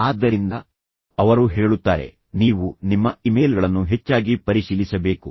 ಆದ್ದರಿಂದ ಅವರು ಹೇಳುತ್ತಾರೆ ನೀವು ನಿಮ್ಮ ಇಮೇಲ್ಗಳನ್ನು ಹೆಚ್ಚಾಗಿ ಪರಿಶೀಲಿಸಬೇಕು